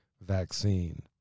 vaccine